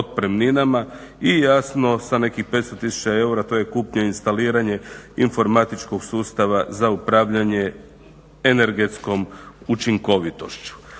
i jasno sa nekih 500 tisuća eura, to je kupnja i instaliranje informatičkog sustava za upravljanje energetskom učinkovitošću.